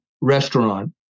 restaurant